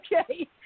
Okay